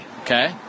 Okay